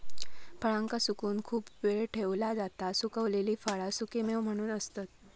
फळांका सुकवून खूप वेळ ठेवला जाता सुखवलेली फळा सुखेमेवे म्हणून असतत